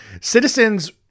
citizens